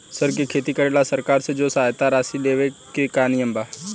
सर के खेती करेला सरकार से जो सहायता राशि लेवे के का नियम बा?